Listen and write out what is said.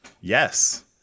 Yes